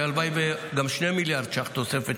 הלוואי שהיו גם 2 מיליארד ש"ח תוספת,